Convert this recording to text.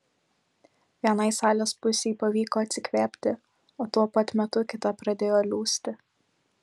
vienai salės pusei pavyko atsikvėpti o tuo pat metu kita pradėjo liūsti